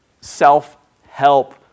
self-help